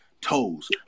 toes